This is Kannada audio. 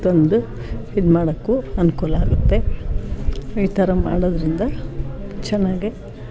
ತಂದು ಇದು ಮಾಡೋಕ್ಕೂ ಅನುಕೂಲ ಆಗುತ್ತೆ ಈ ಥರ ಮಾಡೋದರಿಂದ ಚೆನ್ನಾಗೇ